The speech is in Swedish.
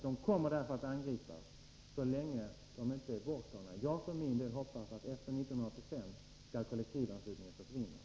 De kommer därför att angripas så länge de inte är borttagna. Jag för min del hoppas att kollektivanslutningen skall försvinna efter 1985.